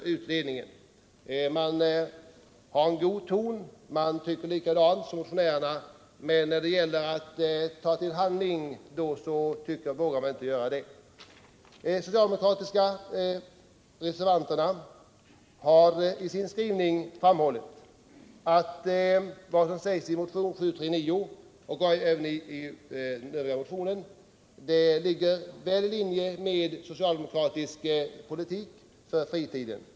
Utskottet redovisar en positiv inställning och tycker i många stycken likadant som motionärerna, men när det gäller att gå till handling vågar man inte göra det. De socialdemokratiska reservanterna har i sin skrivning framhållit att vad som sägs i motionen 739 och även i motionen 753 ligger väl i linje med socialdemokratisk politik när det gäller fritidsverksamheten.